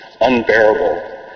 unbearable